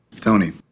Tony